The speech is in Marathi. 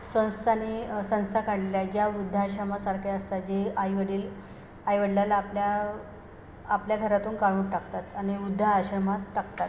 संस्थाने संस्था काढलेल्या आहेत ज्या वृद्धाश्रमासारख्या असतात जे आईवडील आईवडिलाला आपल्या आपल्या घरातून काढून टाकतात आणि वृद्धाश्रमात टाकतात